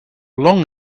long